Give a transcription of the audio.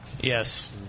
Yes